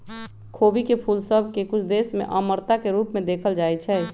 खोबी के फूल सभ के कुछ देश में अमरता के रूप में देखल जाइ छइ